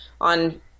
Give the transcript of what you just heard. on –